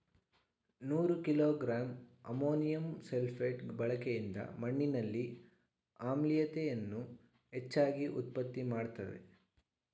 ನೂರು kilogram ammonium sulphate ಬಳಕೆಯಿಂದ ಮಣ್ಣಿನಲ್ಲಿ ಆಮ್ಲೀಯತೆಯನ್ನು ಹೆಚ್ಚಾಗಿ ಉತ್ಪತ್ತಿ ಮಾಡ್ತದೇ